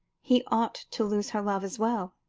he ought to lose her love as well.